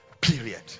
Period